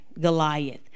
Goliath